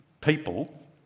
people